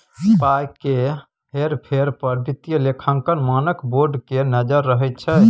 पाय केर हेर फेर पर वित्तीय लेखांकन मानक बोर्ड केर नजैर रहैत छै